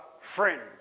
friend